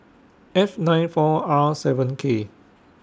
F nine four R seven K